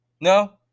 No